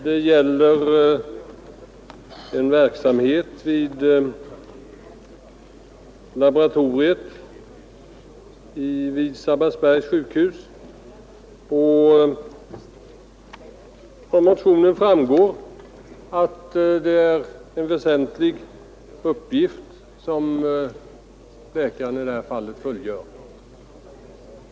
Det gäller en verksamhet vid cytologiska laboratoriet vid Sabbatsbergs sjukhus. Av motionen framgår att det är en väsentlig uppgift som läkaren i detta fall fullgör.